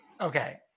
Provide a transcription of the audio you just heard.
Okay